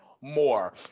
more